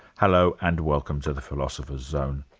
hello and welcome to the philosopher's zone.